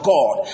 God